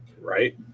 right